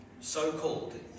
So-called